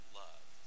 love